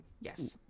Yes